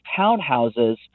townhouses